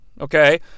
okay